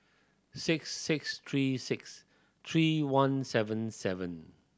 six six three six three one seven seven